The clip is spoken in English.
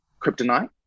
kryptonite